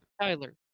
Tyler